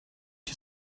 you